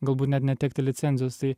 galbūt net netekti licenzijos tai